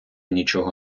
нічого